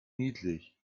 niedlich